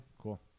Cool